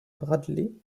bradley